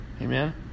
Amen